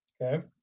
Okay